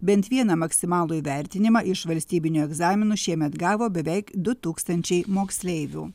bent vieną maksimalų įvertinimą iš valstybinių egzaminų šiemet gavo beveik du tūkstančiai moksleivių